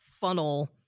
funnel